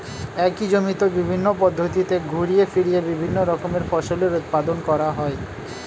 একই জমিতে বিভিন্ন পদ্ধতিতে ঘুরিয়ে ফিরিয়ে বিভিন্ন রকমের ফসলের উৎপাদন করা হয়